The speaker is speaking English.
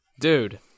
dude